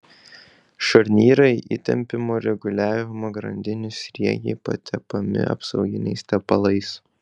šarnyrai įtempimo reguliavimo grandinių sriegiai patepami apsauginiais tepalais